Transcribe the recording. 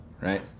right